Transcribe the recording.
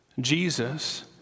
Jesus